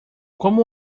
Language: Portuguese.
como